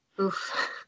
Oof